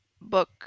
book